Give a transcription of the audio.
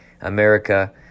America